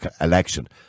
election